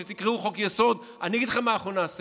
וכשתקראו לו חוק-יסוד אני אגיד לכם מה אנחנו נעשה.